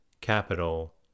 Capital